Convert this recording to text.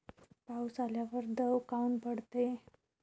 पाऊस आल्यावर दव काऊन पडते?